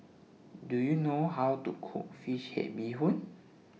Do YOU know How to Cook Fish Head Bee Hoon